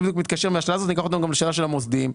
זה ייקח א תנו גם לשאלה של המוסדיים.